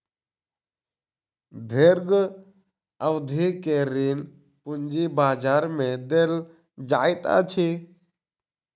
दीर्घ अवधि के ऋण पूंजी बजार में देल जाइत अछि